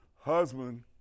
Husband